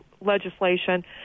legislation